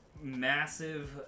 Massive